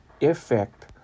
effect